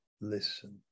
listen